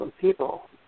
people